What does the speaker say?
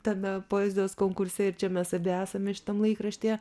tame poezijos konkurse ir čia mes abi esam šitam laikraštyje